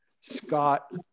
Scott